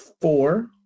Four